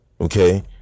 okay